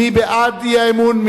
מי בעד האי-אמון?